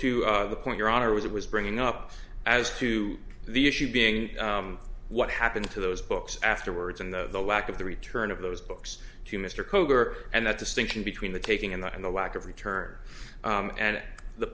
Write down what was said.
to the point your honor was it was bringing up as to the issue being what happened to those books afterwards and the lack of the return of those books to mr koger and that distinction between the taking and that and the lack of return and the